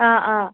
অঁ অঁ